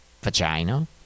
vagina